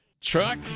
Truck